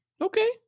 Okay